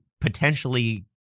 potentially